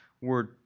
word